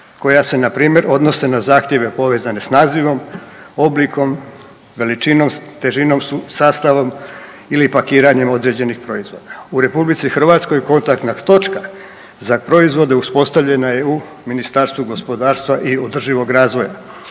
koja se npr. odnose na zahtjeve povezane s nazivom, oblikom, veličinom, težinom, sastavom ili pakiranjem određenih proizvoda. U RH kontaktna točka za proizvode uspostavljena je u Ministarstvu gospodarstva i održivog razvoja.